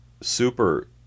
super